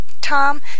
Tom